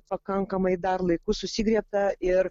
pakankamai dar laiku susigriebta ir